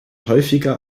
häufiger